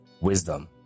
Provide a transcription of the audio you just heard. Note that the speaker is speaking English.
wisdom